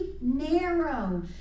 narrow